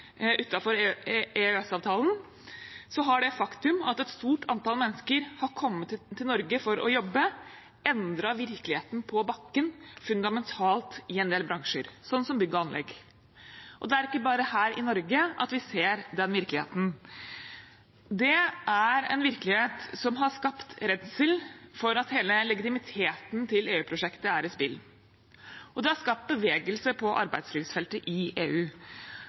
så har det faktum at et stort antall mennesker har kommet til Norge for å jobbe, endret virkeligheten på bakken fundamentalt i en del bransjer, sånn som bygg og anlegg. Det er ikke bare her i Norge at vi ser den virkeligheten. Det er en virkelighet som har skapt redsel for at hele legitimiteten til EU-prosjektet er i spill, og det har skapt bevegelse på arbeidslivsfeltet i EU.